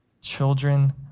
children